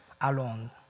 alone